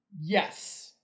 Yes